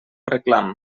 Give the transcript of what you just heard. reclam